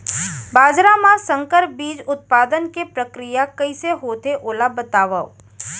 बाजरा मा संकर बीज उत्पादन के प्रक्रिया कइसे होथे ओला बताव?